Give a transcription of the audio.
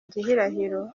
gihirahiro